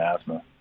asthma